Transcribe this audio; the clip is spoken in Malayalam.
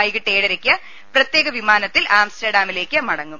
വൈകിട്ട് ഏഴ രയ്ക്ക് പ്രത്യേക വിമാനത്തിൽ ആംസ്റ്റർ ഡാമിലേക്ക് മടങ്ങും